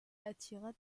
attira